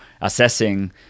assessing